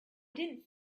didn’t